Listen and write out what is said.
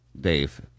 Dave